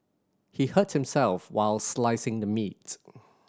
he hurt himself while slicing the meat